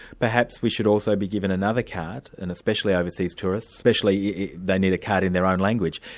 perhaps we should also be given another card, and especially overseas tourists, especially they need a card in their own language,